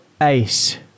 Ace